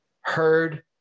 heard